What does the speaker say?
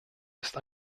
ist